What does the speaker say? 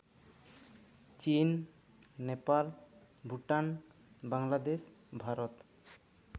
ᱪᱤᱱ ᱱᱮᱯᱟᱞ ᱵᱷᱩᱴᱟᱱ ᱵᱟᱝᱞᱟᱫᱮᱥ ᱵᱷᱟᱨᱚᱛ